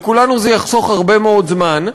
לכולנו זה יחסוך הרבה מאוד זמן,